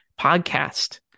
podcast